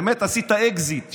באמת, עשית אקזיט.